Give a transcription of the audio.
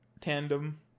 tandem